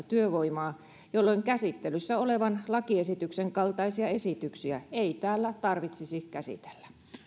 työvoimaa jolloin käsittelyssä olevan lakiesityksen kaltaisia esityksiä ei täällä tarvitsisi käsitellä